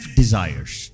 desires